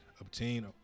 obtain